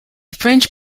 french